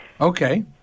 Okay